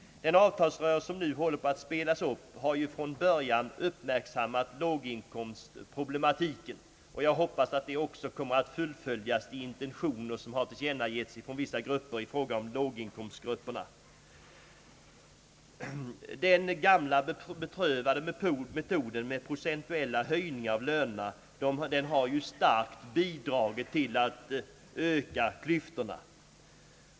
Den avtalsrörelse som nu håller på att spelas upp har från början uppmärksammat låginkomstproblematiken. Jag hoppas att man kan fullfölja de intentioner, som tillkännagivits från vissa håll i fråga om låginkomstgrupperna. Den gamla beprövade metoden med procentuella höjningar av lönerna har starkt bidragit till de stora klyftorna.